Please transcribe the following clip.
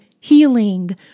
healing